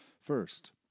First